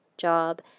job